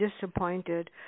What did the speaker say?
disappointed